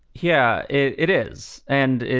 yeah, it it is and,